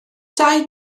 dau